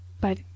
But